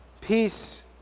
Peace